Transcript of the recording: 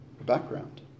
background